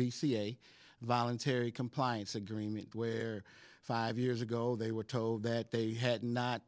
a voluntary compliance agreement where five years ago they were told that they had not